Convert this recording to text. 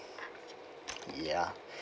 ya